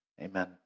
Amen